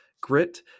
grit